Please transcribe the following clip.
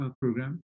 program